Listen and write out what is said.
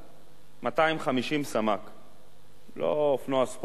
250 סמ"ק, לא אופנוע ספורט,